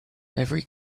every